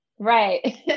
Right